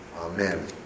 amen